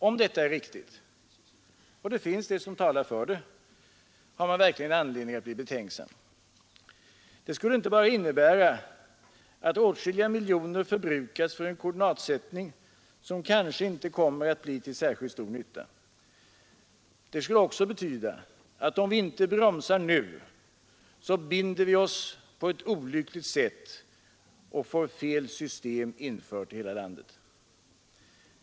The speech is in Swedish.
Om detta är riktigt — och mycket talar för att så är fallet — har man verkligen anledning att bli betänksam. Det skulle inte bara innebära att åtskilliga miljoner kronor förbrukats för en koordinatsättning, som kanske inte kommer att bli till särskilt stor nytta. Det skulle också betyda att om vi inte bromsar nu så binder vi oss på ett olyckligt sätt och får fel system infört i hela landet.